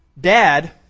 dad